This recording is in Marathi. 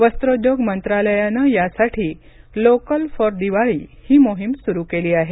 वस्त्रोद्योग मंत्रालयानं यासाठी लोकल फॉर दिवाळी ही मोहीम सुरू केली आहे